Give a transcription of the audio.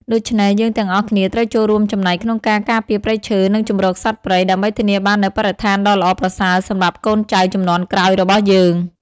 ដូច្នេះ យើងទាំងអស់គ្នាត្រូវចូលរួមចំណែកក្នុងការការពារព្រៃឈើ និងជម្រកសត្វព្រៃ ដើម្បីធានាបាននូវបរិស្ថានដ៏ល្អប្រសើរសម្រាប់កូនចៅជំនាន់ក្រោយរបស់យើង។